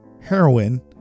heroin